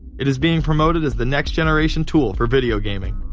it is being promoted as the next-generation tool for video gaming.